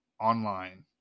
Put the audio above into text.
online